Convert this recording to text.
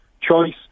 choice